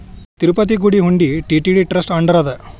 ತಿರುಪತಿ ಗುಡಿ ಹುಂಡಿ TTD trust under ಅದ